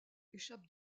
échappe